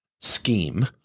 scheme